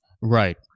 Right